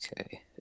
Okay